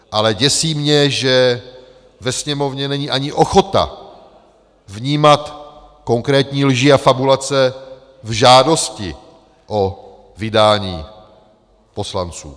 Ale děsí mě, že ve Sněmovně není ani ochota vnímat konkrétní lži a fabulace v žádosti o vydání poslanců.